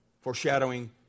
foreshadowing